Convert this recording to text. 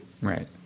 Right